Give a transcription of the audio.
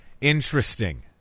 Interesting